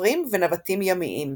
סופרים ונווטים ימיים.